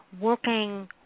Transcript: working